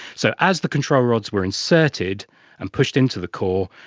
so as the control rods were inserted and pushed into the core,